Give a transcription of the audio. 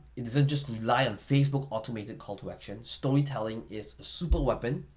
it doesn't just rely on facebook automated call to action, storytelling is a super weapon.